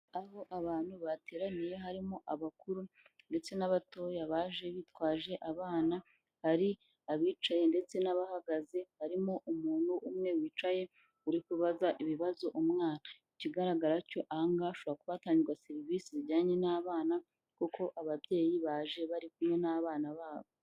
Aho abantu bateraniye harimo abakuru ndetse n'abatoya baje bitwaje abana ari abicaye ndetse n'abahagaze, harimo umuntu umwe wicaye uri kubaza ibibazo umwana. Ikigaragara cyo aha ngaha hashobora kuba hatangirwa serivisi zijyanye n'abana kuko ababyeyi baje bari kumwe n'abana babo.